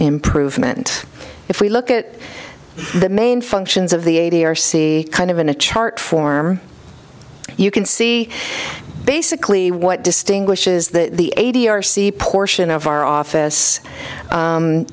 improvement if we look at the main functions of the a t r see kind of in a chart form you can see basically what distinguishes the eighty r c portion of our office